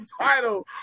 title